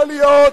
יכול להיות